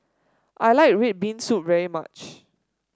I like red bean soup very much